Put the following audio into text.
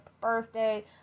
birthday